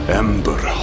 ember